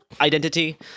identity